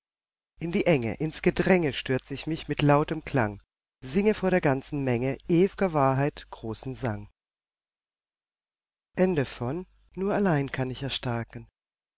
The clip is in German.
in die enge in's gedränge stürz ich mich mit lautem klang singe vor der ganzen menge ew'ger wahrheit großen sang nur allein kann ich erstarken